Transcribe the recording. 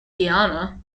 guiana